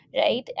right